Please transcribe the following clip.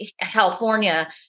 California